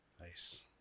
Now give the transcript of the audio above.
Nice